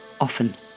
often